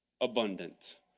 abundant